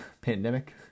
Pandemic